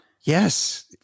Yes